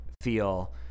feel